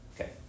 Okay